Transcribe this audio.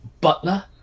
Butler